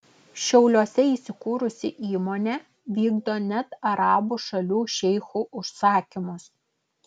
šiauliuose įsikūrusi įmonė vykdo net arabų šalių šeichų užsakymus